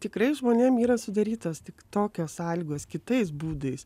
tikrai žmonėm yra sudarytas tik tokios sąlygos kitais būdais